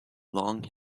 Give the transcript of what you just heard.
long